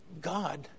God